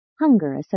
Hunger